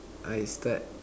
I start